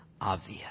obvious